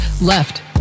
Left